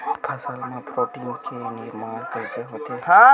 फसल मा प्रोटीन के निर्माण कइसे होथे?